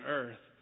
earth